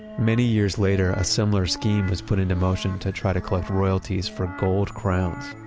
many years later, a similar scheme was put into motion to try to collect royalties for gold crowns.